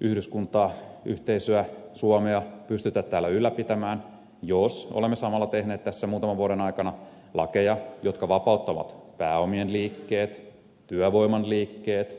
yhdyskuntaa tai yhteisöä eli suomea pysty ylläpitämään jos olemme samalla tehneet muutaman vuoden aikana lakeja jotka vapauttavat pääomien liikkeet työvoiman liikkeet tavaroiden liikkeet